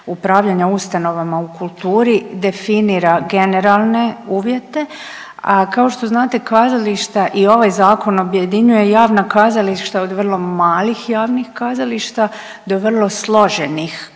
ustanovama u kulturi definira generalne uvjete, a kao što znati kazališta i ovaj zakon objedinjuje javna kazališta od vrlo malih javnih kazališta do vrlo složenih kazališta